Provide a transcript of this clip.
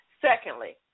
Secondly